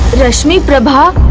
rashmi prabha.